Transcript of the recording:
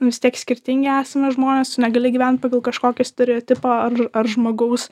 vis tiek skirtingi esame žmonės tu negali gyvent pagal kažkokį stereotipą ar ar žmogaus